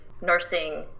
nursing